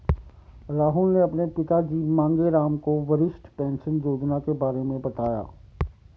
राहुल ने अपने पिताजी मांगेराम को वरिष्ठ पेंशन योजना के बारे में बताया